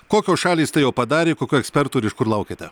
kokios šalys tai jau padarė kokių ekspertų ir iš kur laukiate